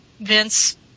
Vince